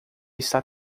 está